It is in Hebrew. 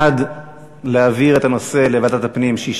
בעד להעביר את הנושא לוועדת הפנים, 6,